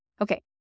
Okay